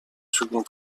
second